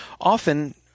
often